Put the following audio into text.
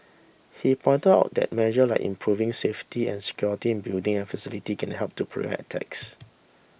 he pointed out that measures like improving safety and security in buildings and facilities can help to prevent attacks